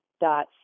dot